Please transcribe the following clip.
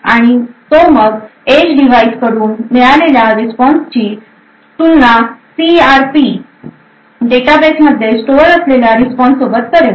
आणि तो मग एज डिव्हाइस कडून मिळालेल्या रिस्पॉन्सची तुलनासी आर पी डेटाबेसमध्ये स्टोअर असलेल्या रिस्पॉन्स सोबत करेल